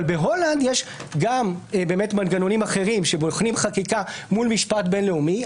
אבל בהולנד יש מנגנונים אחרים שבוחנים חקיקה מול משפט בין-לאומי.